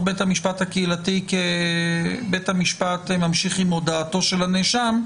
בית המשפט הקהילתי ובית המשפט ממשיך עם הודאתו של הנאשם,